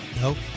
Nope